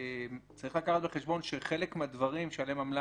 צריך לקחת בחשבון שחלק מהדברים שעליהם עמלה